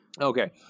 Okay